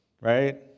right